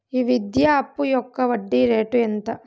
ఈ విద్యా అప్పు యొక్క వడ్డీ రేటు ఎంత?